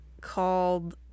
called